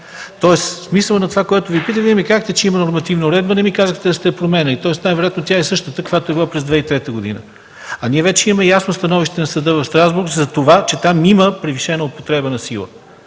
Тоест, смисълът на това, което Ви питах. Вие ми казахте, че има нормативна уредба, не ми казахте да сте я променяли. Тоест, най-вероятно тя е същата, каквато е била през 2003 г., а ние вече имаме ясно становище на Съда в Страсбург, че там има превишена употреба на сила,